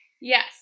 Yes